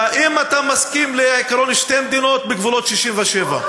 והאם אתה מסכים לעקרון שתי מדינות בגבולות 67'?